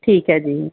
ਠੀਕ ਹੈ ਜੀ